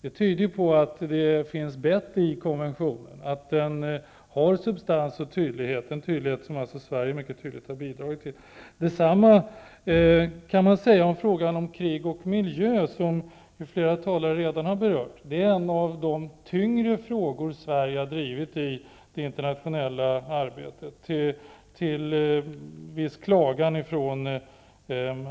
Det tyder på att det finns bett i konventionen och att den har substans och tydlighet, en tydlighet som Sverige i stor grad har bidragit till. Detsamma kan sägas om frågan om krig och miljö, som ju flera talare redan har berört. Det är en av de tyngre frågor som Sverige har drivit i det internationella arbetet, under viss klagan från